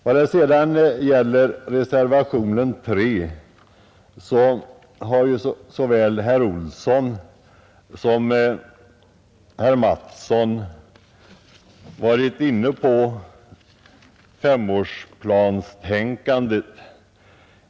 När det sedan gäller reservationen 3 har såväl herr Olsson i Kil som herr Mattsson i Lane-Herrestad varit inne på femårsplanstänkandet.